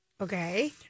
Okay